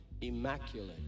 immaculate